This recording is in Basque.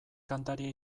kantaria